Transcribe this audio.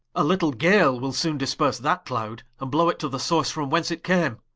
a little gale will soone disperse that cloud, and blow it to the source from whence it came,